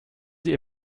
sie